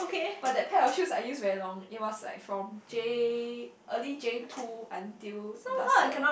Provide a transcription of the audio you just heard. but that pair of shoes I use very long it was like from J early J two until last year